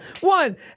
One